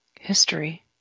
history